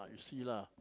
see lah